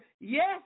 yes